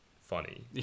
funny